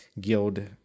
guild